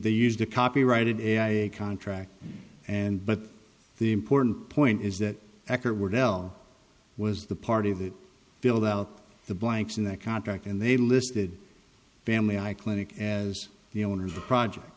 the used to copyrighted contract and but the important point is that after we're bell was the party that build out the blanks in that contract and they listed family i clinic as the owner of the project